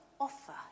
offer